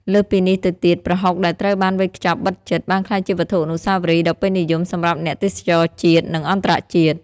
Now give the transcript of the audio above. លើសពីនេះទៅទៀត ប្រហុកដែលត្រូវបានវេចខ្ចប់បិទជិត បានក្លាយជាវត្ថុអនុស្សាវរីយ៍ដ៏ពេញនិយមសម្រាប់អ្នកទេសចរណ៍ជាតិ និងអន្តរជាតិ។